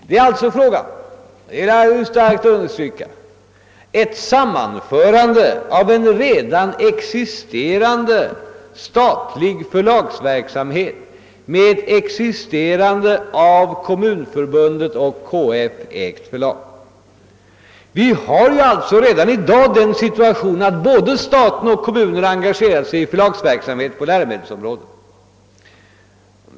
Det är alltså fråga om ett sammanförande av en redan existerande statlig förlagsverksamhet med ett existerande, av Kooperativa förbundet och Svenska kommunförbundet ägt förlag. Vi har alltså redan i dag den situationen att staten och kommunerna engagerar sig i förlagsverksamhet på läromedelsområdet.